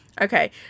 okay